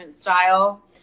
Style